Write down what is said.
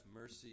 mercy